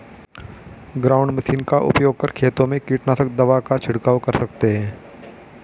ground machine का उपयोग कर खेतों में कीटनाशक दवा का झिड़काव कर सकते है